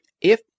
If